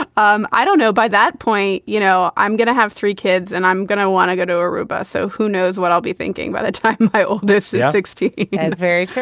um i don't know. by that point, you know, i'm going to have three kids and i'm going to want to go to aruba. so who knows what i'll be thinking about the time i owe this ethics to very.